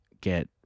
get